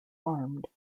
harmed